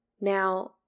Now